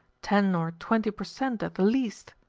ten or twenty per cent. at the least.